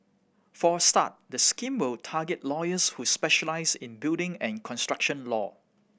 for a start the scheme will target lawyers who specialise in building and construction law